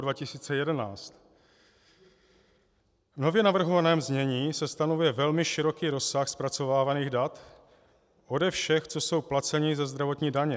V nově navrhovaném znění se stanovuje velmi široký rozsah zpracovávaných dat ode všech, co jsou placeni ze zdravotní daně.